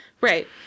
right